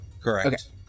Correct